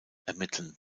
ermitteln